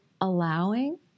allowing